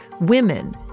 women